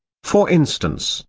for instance,